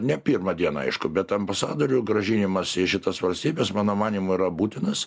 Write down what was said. ne pirmą dieną aišku bet ambasadorių grąžinimas į šitas valstybes mano manymu yra būtinas